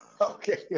Okay